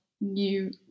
new